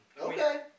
Okay